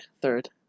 third